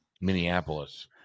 Minneapolis